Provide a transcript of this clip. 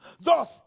Thus